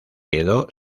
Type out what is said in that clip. quedó